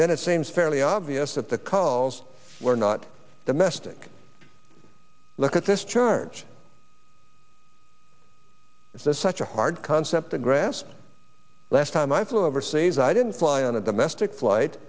then it seems fairly obvious that the calls were not domestic look at this charge is this such a hard concept to grasp last time i flew overseas i didn't fly on a domestic flight